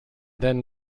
then